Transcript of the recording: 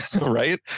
Right